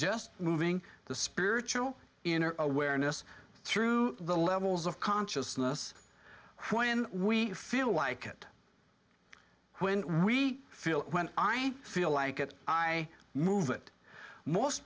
just moving the spiritual inner awareness through the levels of consciousness when we feel like it when we feel it when i feel like it i move it most